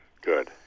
good